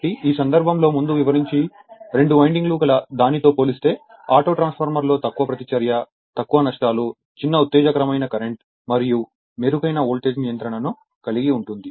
కాబట్టి ఈ సందర్భంలోముందు వివరించిన రెండు వైన్డింగులు గల దానితో పోలిస్తే ఆటో ట్రాన్స్ఫార్మర్ లో తక్కువ ప్రతిచర్య తక్కువ నష్టాలు చిన్న ఉత్తేజకరమైన కరెంట్ మరియు మెరుగైన వోల్టేజ్ నియంత్రణను కలిగి ఉంటుంది